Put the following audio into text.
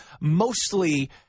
Mostly